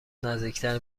نزدیکتر